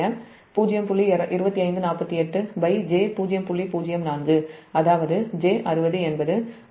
04 j60 என்பது 6